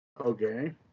Okay